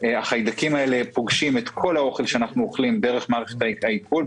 החיידקים האלה פוגשים את כל האוכל שאנחנו אוכלים דרך מערכת העיכול,